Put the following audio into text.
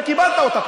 וקיבלת אותה,